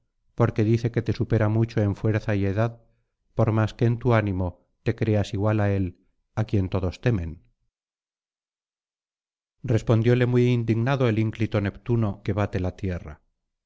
porque dice que te supera mucho en fuerza y edad por más que en tu ánimo te creas igual á él á quien todos temen respondióle muy indignado el ínclito neptuno que bate la tierra